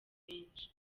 benshi